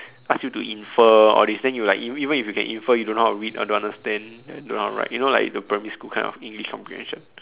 ask you to infer all these then you like even even if you can infer you don't know how to read or don't understand ya don't know how to write you know like the primary school kind of English comprehension